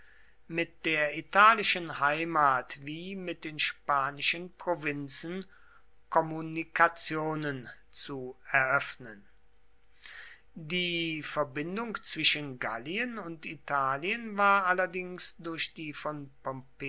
mit der italischen heimat wie mit den spanischen provinzen kommunikationen zu eröffnen die verbindung zwischen gallien und italien war allerdings durch die von